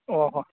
ꯑꯣ ꯍꯣꯏ